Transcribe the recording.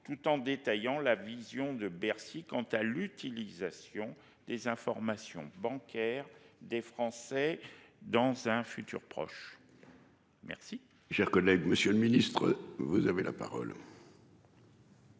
tout en détaillant la vision de Bercy. Quant à l'utilisation des informations bancaires des Français dans un futur proche. Merci cher collègue. Monsieur le ministre vous avez la parole. Merci